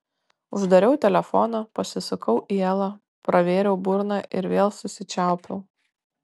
uždariau telefoną pasisukau į elą pravėriau burną ir vėl susičiaupiau